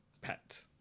pet